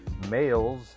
Males